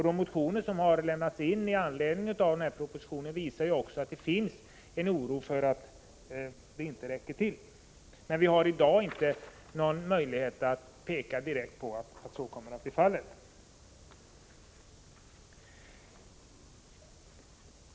De motioner som lämnats in i anledning av propositionen visar också att det finns en oro för att åtgärderna inte skall räcka till, men vi har för dagen inte någon möjlighet att direkt visa att så kommer att bli fallet.